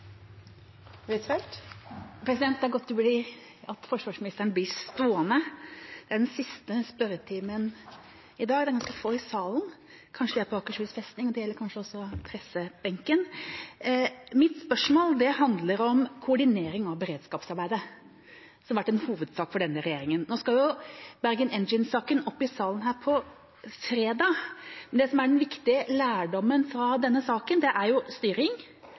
Det er godt at forsvarsministeren blir stående, for dette er den siste spørretimen, og det er ganske få i salen. Kanskje de er på Akershus festning, og det gjelder kanskje også pressebenken. Mitt spørsmål handler om koordinering av beredskapsarbeidet, som har vært en hovedsak for denne regjeringa. Nå skal Bergen Engines-saken opp i salen her på fredag, men det som er den viktige lærdommen fra denne saken, er jo styring,